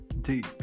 Deep